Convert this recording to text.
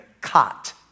cot